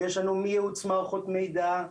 יש לנו מייעוץ מערכות מידע,